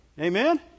Amen